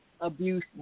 abuse